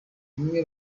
rimwe